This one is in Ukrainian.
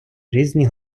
різні